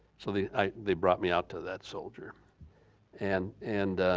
so they they brought me out to that soldier and and